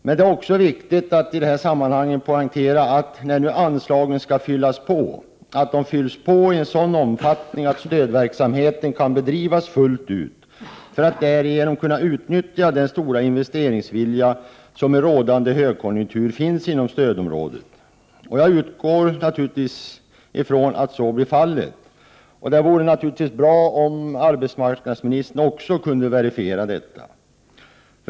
Men det är då också viktigt att i detta sammanhang poängtera att anslagen när de nu skall fyllas på fylls på så mycket att stödverksamheten kan bedrivas fullt ut, för att man därigenom skall kunna utnyttja den stora investeringsvilja som i rådande högkonjunktur finns inom stödområdet. Jag utgår naturligtvis ifrån att så blir fallet. Det vore bra om arbetsmarknadsministern också kunde verifiera detta.